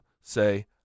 say